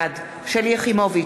בעד שלי יחימוביץ,